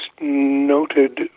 noted